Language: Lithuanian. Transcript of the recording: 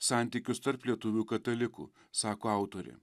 santykius tarp lietuvių katalikų sako autorė